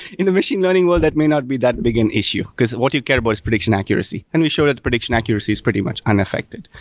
in the machine learning world, that may not be that big an issue, because what you care about is prediction accuracy, and we show that the prediction accuracy is pretty much unaffected.